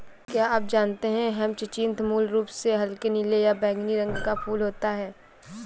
क्या आप जानते है ह्यचीन्थ मूल रूप से हल्के नीले या बैंगनी रंग का फूल होता है